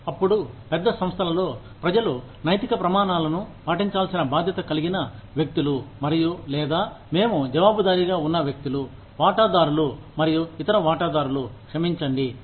అప్పుడు పెద్ద సంస్థలలో ప్రజలు నైతిక ప్రమాణాలను పాటించాల్సిన బాధ్యత కలిగిన వ్యక్తులు మరియు లేదా మేము జవాబుదారీగా ఉన్న వ్యక్తులు వాటాదారులు మరియు ఇతర వాటాదారులు క్షమించండి